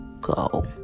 go